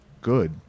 good